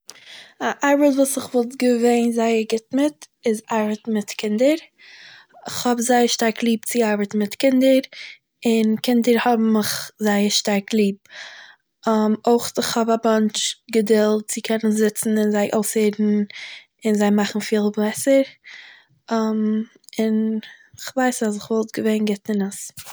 איין זאך וואס איך וואלט געווען זייער גוט מיט איז, מיט ארבעטן מיט קינדער, כ'האב זייער שטארק ליב צו ארבעטן מיט קינדער און קינדער האבן מיך זייער שטארק ליב. אויך איך האב א באנטש געדולד צו קענען זיצן און זיי אויסהערן און זיי מאכן פילן בעסער, און איך ווייס אז איך וואלט געווען אין עס